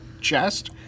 chest